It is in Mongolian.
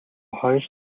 хоёр